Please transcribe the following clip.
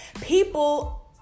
People